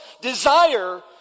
desire